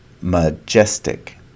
Majestic